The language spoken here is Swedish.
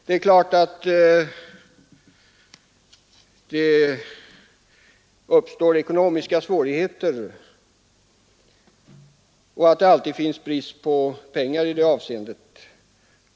Det är klart att det uppstår ekonomiska svårigheter om det alltid finns brist på pengar i det avseendet.